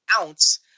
ounce